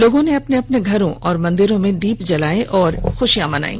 लोगों ने अपने अपने घरों और मंदिरों में दीप जलाये और खुशियां मनायी